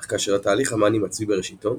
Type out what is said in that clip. אך כאשר התהליך המאני מצוי בראשיתו,